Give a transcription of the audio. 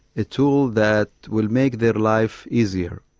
a tool that will make their life easier,